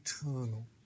eternal